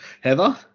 Heather